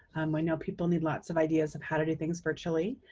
um i know people need lots of ideas of how to do things virtually.